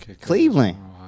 Cleveland